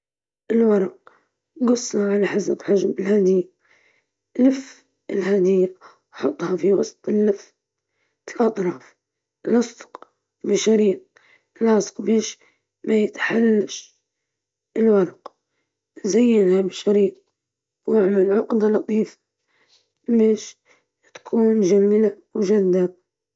تختار ورق التغليف المناسب ونوع الشريط، تضع الهدية في منتصف الورق، ثم تلتف الورق حول الهدية وتثبتها بالشريط، تضيف لمسات إضافية مثل الزينة أو البطاقة لتزيد جمال الهدية.